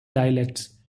dialects